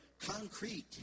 concrete